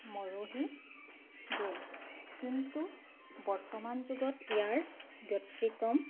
মৰহি গ'ল কিন্তু বৰ্তমান যুগত ইয়াৰ ব্যতিক্ৰম